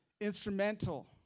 instrumental